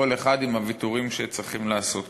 כל אחד עם הוויתורים שצריכים לעשות כאן.